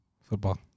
Football